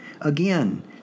again